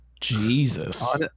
Jesus